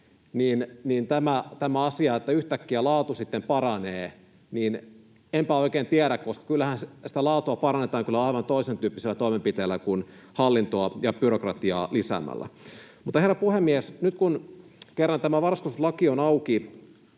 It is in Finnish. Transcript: hallitus esittää, yhtäkkiä laatu sitten paranee. Enpä oikein tiedä, koska kyllähän sitä laatua parannetaan aivan toisentyyppisillä toimenpiteillä kuin hallintoa ja byrokratiaa lisäämällä. Herra puhemies! Nyt kun kerran tämä varhaiskasvatuslaki on auki